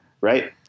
right